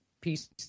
peace